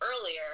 earlier